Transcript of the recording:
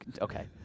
Okay